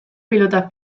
pilota